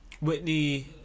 Whitney